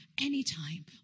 anytime